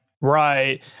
Right